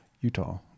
Utah